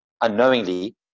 unknowingly